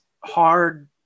hard